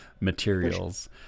materials